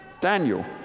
Daniel